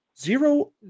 Zero